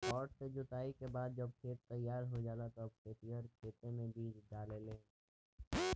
हर से जोताई के बाद जब खेत तईयार हो जाला तब खेतिहर खेते मे बीज डाले लेन